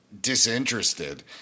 disinterested